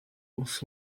was